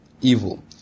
evil